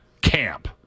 camp